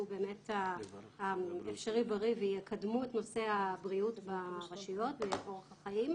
באמת ה"אפשריבריא" ויקדמו את נושא הבריאות ברשויות ואת אורח החיים.